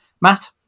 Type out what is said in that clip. Matt